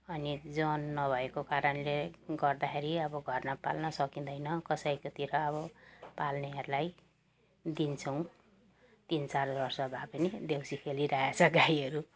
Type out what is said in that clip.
अनि जन नभएको कारणले गर्दाखेरि अब घरमा पाल्न सकिँदैन कसैकोतिर अब पाल्नेहरूलाई दिन्छौँ तिन चार वर्ष भयो पनि देउसी खेलिराखेको छ गाईहरू